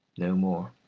no more.